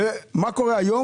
ומה קורה היום?